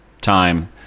time